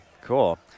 Cool